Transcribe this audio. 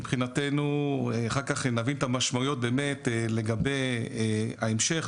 מבחינתנו אחר כך נבין את המשמעות באמת לגבי ההמשך,